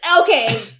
okay